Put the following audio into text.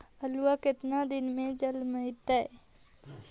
आलू केतना दिन में जलमतइ?